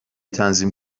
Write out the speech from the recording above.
تنظیم